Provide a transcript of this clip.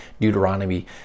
Deuteronomy